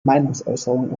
meinungsäußerung